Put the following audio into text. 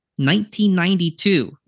1992